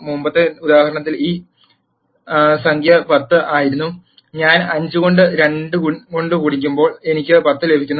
മുമ്പത്തെ ഉദാഹരണത്തിൽ ഈ സംഖ്യ 10 ആയിരുന്നു ഞാൻ 5 കൊണ്ട് 2 കൊണ്ട് ഗുണിക്കുമ്പോൾ എനിക്ക് 10 ലഭിക്കുന്നു